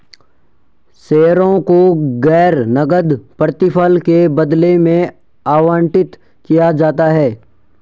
शेयरों को गैर नकद प्रतिफल के बदले में आवंटित किया जाता है